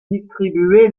distribués